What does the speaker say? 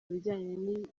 bijyanye